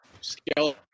scale